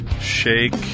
Shake